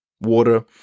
water